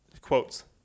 Quotes